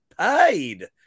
paid